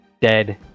dead